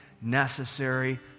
necessary